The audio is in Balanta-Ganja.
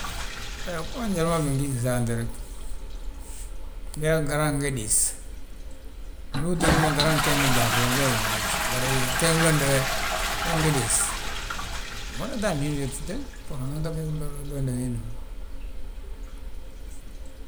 He gom njali ma bingin saanti reg, biyaa garaŋ nge diis. Ndu uto gí mo garaŋ gegni gyaaŧ go gee gi ngi diis. Bari, gegin londo we, we nge diis, umada ta a inifersite bbúru unan to geg londo wiindi ma.